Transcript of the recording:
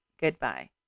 goodbye